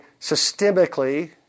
systemically